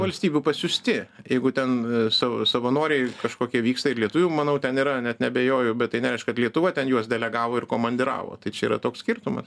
valstybių pasiųsti jeigu ten savo savanoriai kažkokie vyksta ir lietuvių manau ten yra net neabejoju bet tai nereiškia kad lietuva ten juos delegavo ir komandiravo tai čia yra toks skirtumas